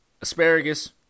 asparagus